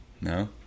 No